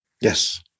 Yes